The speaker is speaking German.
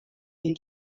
wir